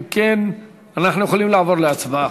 אם כן, אנחנו יכולים לעבור להצבעה.